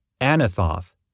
Anathoth